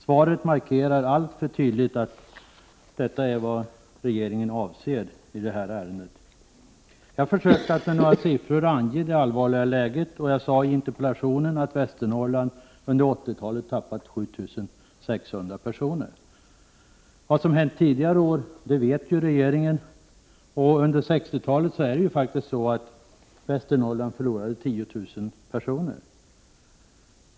Svaret markerar alltför tydligt att detta är vad regeringen avser i det här ärendet. Jag har försökt att med några siffror ange hur allvarligt läget är. Jag sade i interpellationen att Västernorrland under 80-talet tappade 7 600 personer. Vad som hänt tidigare år vet regeringen. Under 60-talet förlorade Väster 47 norrland faktiskt 10 000 personer.